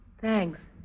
Thanks